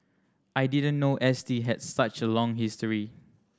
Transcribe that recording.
I didn't know S T had such a long history